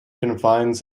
confides